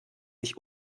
ich